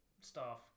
staff